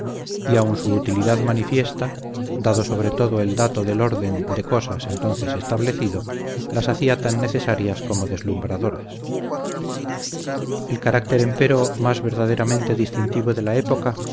y aun su utilidad manifiesta dado sobre todo el dato del orden de cosas entonces establecido las hacía tan necesarias como deslumbradoras el carácter empero más verdaderamente distintivo de la época